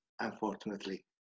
unfortunately